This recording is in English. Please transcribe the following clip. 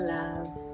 love